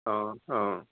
অঁ অঁ